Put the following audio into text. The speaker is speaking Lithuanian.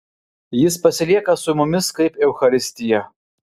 jis pasilieka su mumis kaip eucharistija